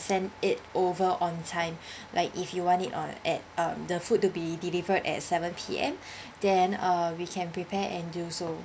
send it over on time like if you want it on at uh the food to be delivered at seven P_M then uh we can prepare and do so